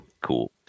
Cool